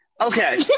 Okay